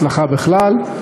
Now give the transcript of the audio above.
הצלחה בכלל,